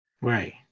Right